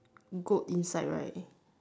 goat inside right